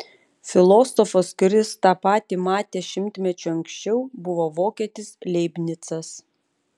filosofas kuris tą patį matė šimtmečiu anksčiau buvo vokietis leibnicas